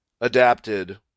adapted